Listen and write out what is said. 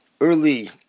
early